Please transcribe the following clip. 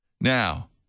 Now